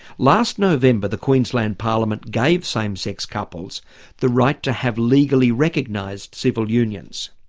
last november the queensland parliament gave same sex couples the right to have legally recognised civil unions,